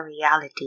reality